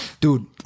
dude